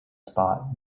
spot